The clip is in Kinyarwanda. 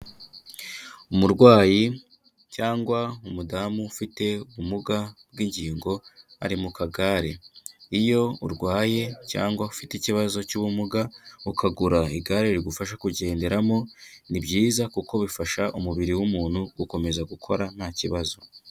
Umurwayi cyangwa umudamu ufite ubumuga bw'ingingo ari mu kagare. Iyo urwaye cyangwa ufite ikibazo cy'ubumuga ukagura igare rigufasha kugenderamo, ni byiza kuko bifasha umubiri w'umuntu gukomeza gukora nta kibazo.